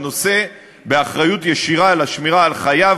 שנושא באחריות ישירה לשמירה על חייו,